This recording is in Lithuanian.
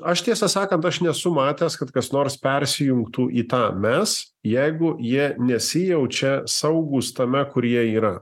aš tiesą sakant aš nesu matęs kad kas nors persijungtų į tą mes jeigu jie nesijaučia saugūs tame kur jie yra